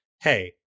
hey